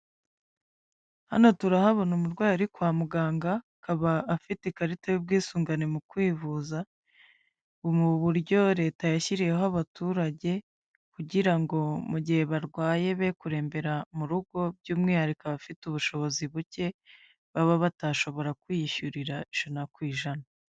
Hano turahabona umurwayi ari kwa muganga, akaba afite ikarita y'ubwisungane mu kwivuza, mu buryo leta yashyiriyeho abaturage, kugira ngo mu gihe barwaye be kurembera mu rugo, by'umwihariko abafite ubushobozi buke, baba batashobora kwiyishyurira ijana ku ijana.